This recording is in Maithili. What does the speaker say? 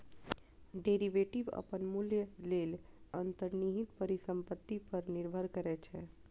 डेरिवेटिव अपन मूल्य लेल अंतर्निहित परिसंपत्ति पर निर्भर करै छै